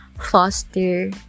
foster